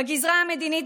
בגזרה המדינית,